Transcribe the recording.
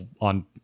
on